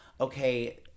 okay